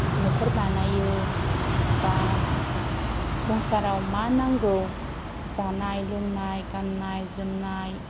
न'खर बानायो एबा संसाराव मा नांगौ जानाय लोंनाय गाननाय जोमनाय